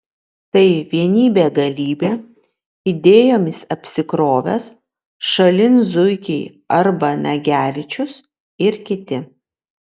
tai vienybė galybė idėjomis apsikrovęs šalin zuikiai arba nagevičius ir kiti